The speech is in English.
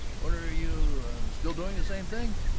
what are you still doing the same thing?